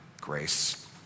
grace